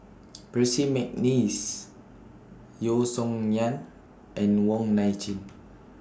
Percy Mcneice Yeo Song Nian and Wong Nai Chin